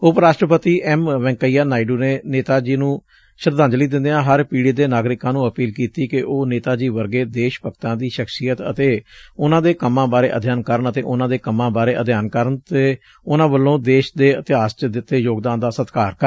ਉਪ ਰਾਸ਼ਟਰਪਤੀ ਐਮ ਵੈਂਕਈਆ ਨਾਇਡੂ ਨੇ ਨੇਤਾ ਜੀ ਨੂੰ ਸ਼ਰਧਾਂਜਲੀ ਦਿਂਦਿਆਂ ਹਰ ਪੀੜੀ ਦੇ ਨਾਗਰਿਕਾਂ ਨੂੰ ਅਪੀਲ ਕੀਤੀ ਕਿ ਉਹ ਨੇਤਾ ਜੀ ਵਰਗੇ ਦੇਸ਼ ਭਗਤਾਂ ਦੀ ਸ਼ਖਸੀਅਤ ਅਤੇ ਉਨੂਾਂ ਦੇ ਕੰਮਾਂ ਬਾਰੇ ਅਧਿਐਨ ਕਰਨ ਅਤੇ ਉਨੂਾਂ ਵੱਲੋਂ ਦੇਸ਼ ਦੇ ਇਤਿਹਾਸ ਚ ਦਿੱਤੇ ਯੋਗਦਾਨ ਦਾ ਸਤਿਕਾਰ ਕਰਨ